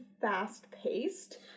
fast-paced